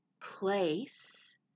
place